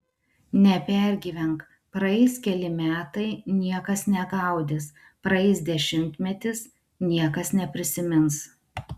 nepergyvenk praeis keli metai niekas negaudys praeis dešimtmetis niekas neprisimins